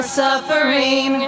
suffering